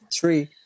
Three